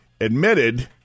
admitted